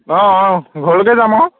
অঁ অঁ ঘৰৰলৈকে যাম আৰু